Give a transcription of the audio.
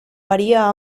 varía